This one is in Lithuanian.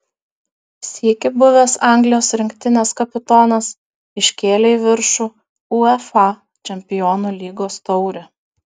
sykį buvęs anglijos rinktinės kapitonas iškėlė į viršų uefa čempionų lygos taurę